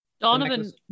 Donovan